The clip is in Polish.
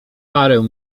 parę